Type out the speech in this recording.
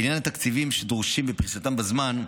לעניין התקציבים שדרושים ופריסתם בזמן,